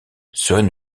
serait